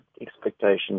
expectations